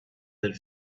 del